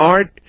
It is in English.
Art